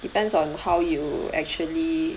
depends on how you actually